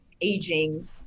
aging